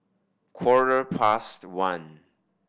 quarter past one